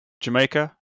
Jamaica